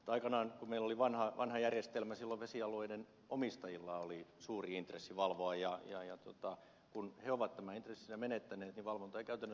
aikanaan kun meillä oli vanha järjestelmä silloin vesialueiden omistajilla oli suuri intressi valvoa ja kun he ovat tämän intressinsä menettäneet niin valvontaa ei käytännössä suoriteta